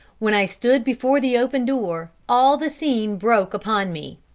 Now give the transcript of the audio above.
when i stood before the open door, all the scene broke upon me.